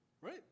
right